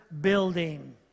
building